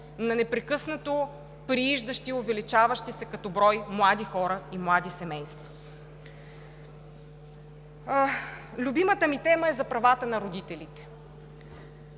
на непрекъснато прииждащи и увеличаващи се като брой млади хора и млади семейства. Любимата ми тема е за правата на родителите.